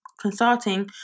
consulting